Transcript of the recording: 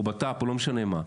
או בט"פ או לא משנה מה.